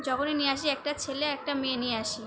যখনই নিয়ে আসি একটা ছেলে একটা মেয়ে নিয়ে আসি